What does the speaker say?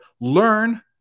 learn